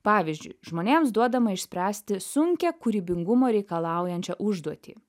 pavyzdžiui žmonėms duodama išspręsti sunkią kūrybingumo reikalaujančią užduotį